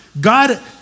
God